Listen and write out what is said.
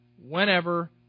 whenever